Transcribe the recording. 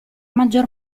maggior